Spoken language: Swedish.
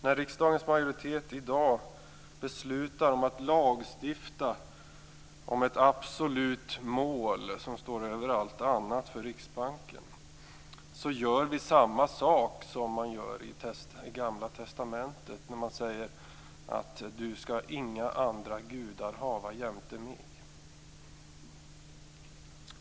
När riksdagens majoritet i dag beslutar om att lagstifta om ett absolut mål som står över allt annat för Riksbanken gör vi samma sak som man gör i Gamla testamentet när man säger: Du skall inga andra Gudar hava jämte mig.